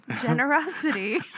generosity